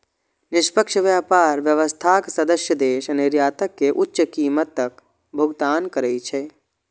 निष्पक्ष व्यापार व्यवस्थाक सदस्य देश निर्यातक कें उच्च कीमतक भुगतान करै छै